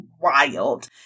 wild